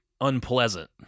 unpleasant